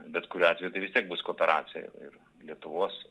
bet kuriuo atveju tai vis tiek bus kooperacija ir lietuvos